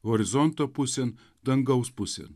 horizonto pusėn dangaus pusėn